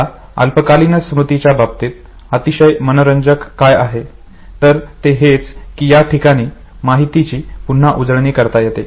आता अल्पकालीन स्मृतीच्या बाबतीत अतिशय मनोरंजक काय आहे तर ते हे की या ठिकाणी माहितीची पुन्हा उजळणी करता येते